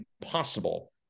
impossible